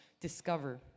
discover